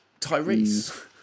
Tyrese